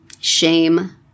shame